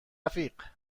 رفیق